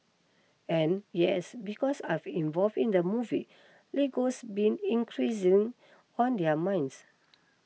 and yes because I've involved in the movie Lego's been increasing on their minds